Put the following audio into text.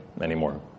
anymore